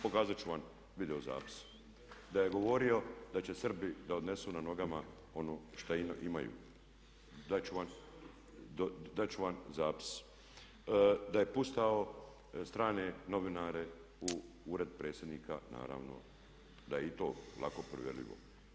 Pokazat ću vam video zapis, da je govorio da će Srbi da odnesu na nogama ono što imaju, dat ću vam zapis, da je puštao strane novinare u ured predsjednika naravno da je i to lako provjerljivo.